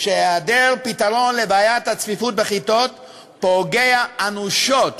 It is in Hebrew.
שהיעדר פתרון לבעיית הצפיפות בכיתות פוגע אנושות